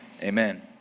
Amen